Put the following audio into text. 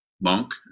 monk